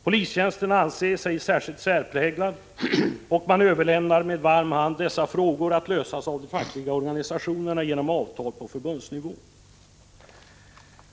Polistjänsten anses ej särskilt särpräglad, och man överlämnar med varm hand dessa frågor att lösas av de fackliga organisationerna genom avtal på förbundsnivå.